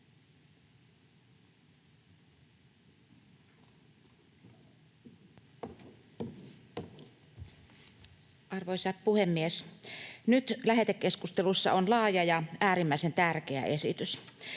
Arvoisa puhemies! Nyt lähetekeskustelussa on laaja ja äärimmäisen tärkeä esitys.